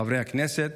חברי הכנסת,